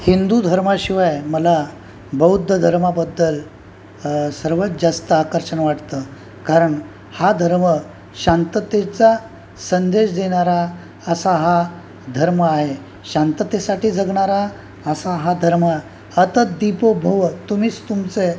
हिंदू धर्माशिवाय मला बौद्ध धर्माबद्दल सर्वात जास्त आकर्षण वाटतं कारण हा धर्म शांततेचा संदेश देनारा असा हा धर्म आहे शांततेसाठी जगणारा असा हा धर्म अत दीपो भव तुम्हीच तुमचे